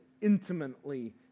intimately